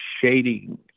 shading